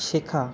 শেখা